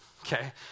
okay